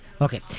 Okay